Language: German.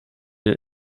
den